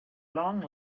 long